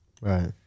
Right